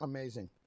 Amazing